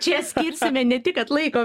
čia skirsime ne tik kad laiko